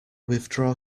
withdraw